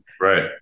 Right